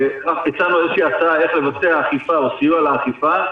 הצענו איזושהי הנחיה איך לבצע אכיפה או סיוע לאכיפה,